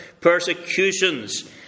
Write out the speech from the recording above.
persecutions